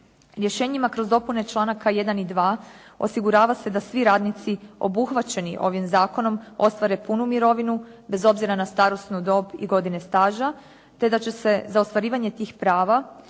Rješenjima kroz dopune članaka jedan i dva osigurava se da svi radnici obuhvaćeni ovim zakonom ostvare punu mirovinu bez obzira na starosnu dob i godine staža, te da će se za ostvarivanje tih prava,